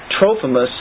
Trophimus